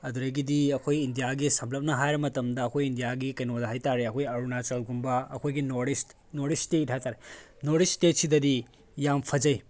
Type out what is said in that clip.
ꯑꯗꯨꯗꯒꯤꯗꯤ ꯑꯩꯈꯣꯏ ꯏꯟꯗꯤꯌꯥꯒꯤ ꯁꯝꯂꯞꯅ ꯍꯥꯏꯔ ꯃꯇꯝꯗ ꯑꯩꯈꯣꯏ ꯏꯟꯗꯤꯌꯥꯒꯤ ꯀꯩꯅꯣꯗ ꯍꯥꯏꯇꯥꯔꯦ ꯑꯩꯈꯣꯏ ꯑꯔꯨꯅꯥꯆꯜꯒꯨꯝꯕ ꯑꯩꯈꯣꯏꯒꯤ north east north east state ꯍꯥꯏꯕꯇꯥꯔꯦ ꯅꯣꯔꯠ ꯏꯁ ꯏꯁꯇꯦꯠ ꯁꯤꯗꯗꯤ ꯌꯥꯝ ꯐꯖꯩ